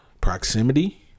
proximity